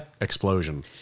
explosion